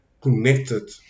connected